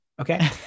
Okay